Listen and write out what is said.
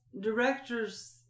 directors